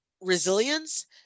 resilience